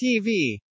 TV